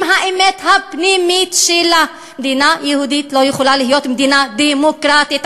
האמת הפנימית שלה: מדינה יהודית לא יכולה להיות מדינה דמוקרטית.